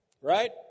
Right